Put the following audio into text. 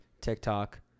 TikTok